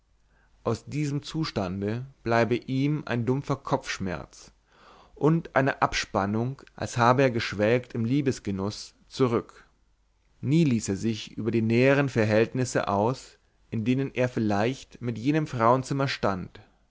aus diesem zustande bleibe ihm ein dumpfer kopfschmerz und eine abspannung als habe er geschwelgt im liebesgenuß zurück nie ließ er sich über die näheren verhältnisse aus in denen er vielleicht mit jenem frauenzimmer stand